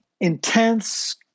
intense